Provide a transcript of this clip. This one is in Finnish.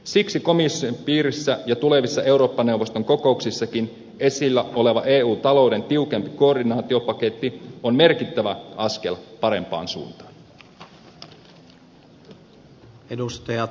siksi komission piirissä ja tulevissa eurooppa neuvoston kokouksissakin esillä oleva eu talouden tiukempi koordinaatiopaketti on merkittävä askel parempaan suuntaan